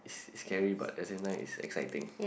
is scary but as in like is exciting